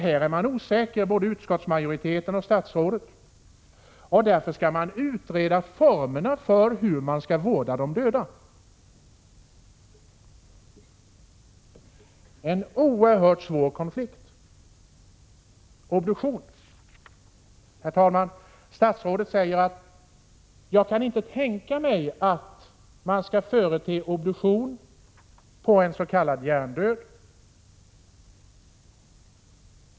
Här är både statsrådet och utskottsmajoriteten osäkra, och därför skall frågan om formerna för hur man skall vårda de döda utredas. En oerhört svår konflikt gäller obduktionen. Statsrådet säger att han inte kan tänka sig att obduktion skall företas på en s.k. hjärndöd.